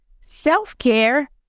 Self-care